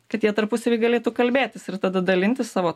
kad jie tarpusavy galėtų kalbėtis ir tada dalintis savo